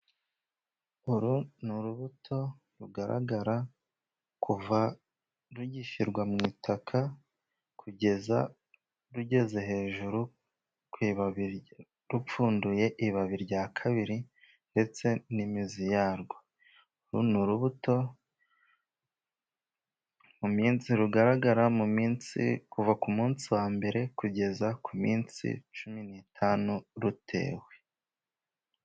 Uru ni urubuto rugaragara kuva rugishyirwa mu itaka kugeza rugeze hejuru rupfunduye ibabi rya kabiri ndetse n'imizi yarwo. Uru ni urubuto rugaragara kuva ku munsi wa mbere kugeza ku minsi cumi n'itanu rutewe.